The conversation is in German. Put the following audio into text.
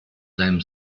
seinem